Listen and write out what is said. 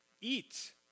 eat